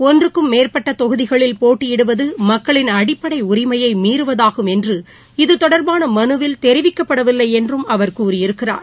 ஒன்றுக்கும் மேற்பட்டதொகுதிகளில் போட்டியிடுவதுமக்களின் அடிப்படைஉரிமையைமீறுவதாகும் என்று இது தொடர்பானமனுவில் தெரிவிக்கப்படவில்லைஎன்றுஅவர் கூறியிருக்கிறார்